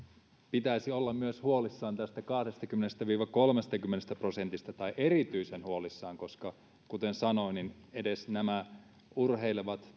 pitäisi olla myös huolissaan tästä kahdestakymmenestä viiva kolmestakymmenestä prosentista tai erityisen huolissaan kuten sanoin nämä urheilevat